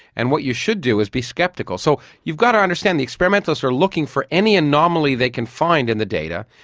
and what you should do is be sceptical. so you've got to understand, the experimentalists are looking for any anomaly they can find in the data,